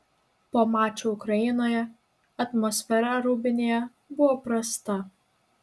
po mačo ukrainoje atmosfera rūbinėje buvo prasta